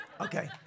Okay